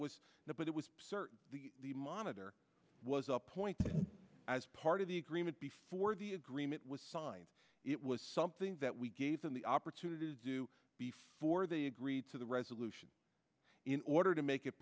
but it was certain the monitor was appointed as part of the agreement before the agreement was signed it was something that we gave them the opportunity to do before they agreed to the resolution in order to make it